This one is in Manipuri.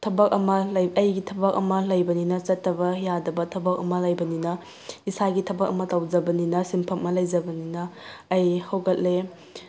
ꯊꯕꯛ ꯑꯃ ꯑꯩꯒꯤ ꯊꯕꯛ ꯑꯃ ꯂꯩꯕꯅꯤꯅ ꯆꯠꯇꯕ ꯌꯥꯗꯕ ꯊꯕꯛ ꯑꯃ ꯂꯩꯕꯅꯤꯅ ꯏꯁꯥꯒꯤ ꯊꯕꯛ ꯑꯃ ꯇꯧꯖꯕꯅꯤꯅ ꯁꯤꯟꯐꯝ ꯑꯃ ꯂꯩꯖꯕꯅꯤꯅ ꯑꯩ ꯍꯧꯒꯠꯂꯦ